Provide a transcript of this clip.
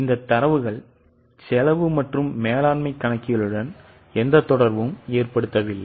இந்த தரவுகளின் செலவு மற்றும் மேலாண்மை கணக்கியலுடன் எந்த தொடர்பும் ஏற்படுத்தப்படவில்லை